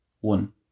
One